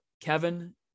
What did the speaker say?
Kevin